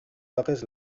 toques